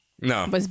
No